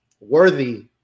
worthy